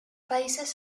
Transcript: países